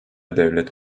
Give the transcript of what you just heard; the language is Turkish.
devlet